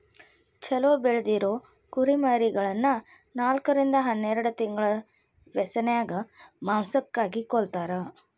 ಚೊಲೋ ಬೆಳದಿರೊ ಕುರಿಮರಿಗಳನ್ನ ನಾಲ್ಕರಿಂದ ಹನ್ನೆರಡ್ ತಿಂಗಳ ವ್ಯಸನ್ಯಾಗ ಮಾಂಸಕ್ಕಾಗಿ ಕೊಲ್ಲತಾರ